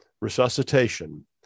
resuscitation